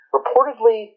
Reportedly